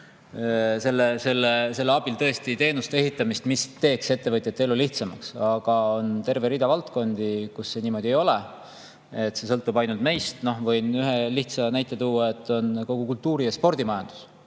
nende abil teenuste ehitamist, mis teeks ettevõtjate elu lihtsamaks. Aga on terve rida valdkondi, kus see niimoodi ei ole. See sõltub ainult meist. Võin ühe lihtsa näite tuua: kogu kultuuri- ja spordimajandus.